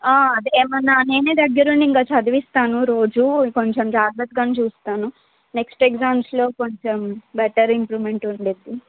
అదే ఏమైనా నేనే దగ్గర ఉండి ఇంక చదివిస్తాను రోజూ కొంచెం జాగ్రత్తగానే చూస్తాను నెక్స్ట్ ఎగ్జామ్స్లో కొంచెం బెటర్ ఇంప్రూవ్మెంట్ ఉంటుంది